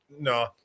No